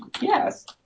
Yes